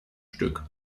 stück